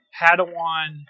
Padawan